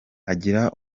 agira